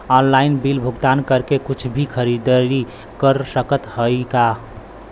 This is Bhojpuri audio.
ऑनलाइन बिल भुगतान करके कुछ भी खरीदारी कर सकत हई का?